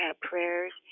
prayers